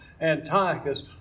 Antiochus